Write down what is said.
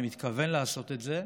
אני מתכוון לעשות את זה,